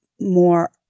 more